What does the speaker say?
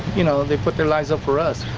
you know they put their lives up for us.